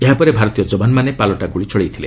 ଏହାପରେ ଭାରତୀୟ ଯବାନମାନେ ପାଲଟା ଗୁଳି ଚଳାଇଥିଲେ